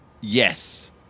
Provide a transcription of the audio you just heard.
Yes